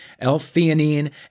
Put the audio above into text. L-theanine